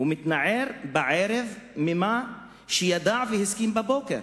ומתנער בערב ממה שידע והסכים לו בבוקר,